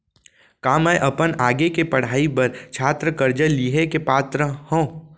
का मै अपन आगे के पढ़ाई बर छात्र कर्जा लिहे के पात्र हव?